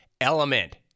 Element